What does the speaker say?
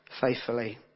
faithfully